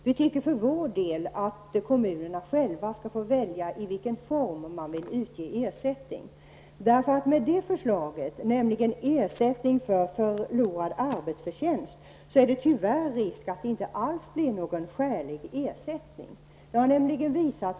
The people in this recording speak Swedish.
Vi tycker för vår del att kommunerna själva skall få välja i vilken form man vill utge ersättning. Med förslaget om ersättning för förlorad arbetsförtjänst är det tyvärr risk för att det inte alls blir någon skälig ersättning.